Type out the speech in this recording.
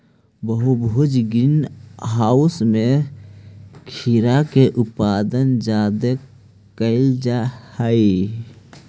बहुभुज green house में खीरा के उत्पादन जादे कयल जा हई